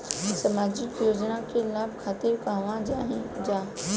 सामाजिक योजना के लाभ खातिर कहवा जाई जा?